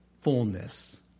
fullness